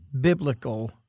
biblical